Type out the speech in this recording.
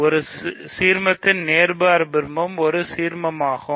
ஒரு சீர்மத்தின் நேர்மாறு பிம்பம் ஒரு சீர்மமாகும்